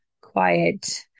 quiet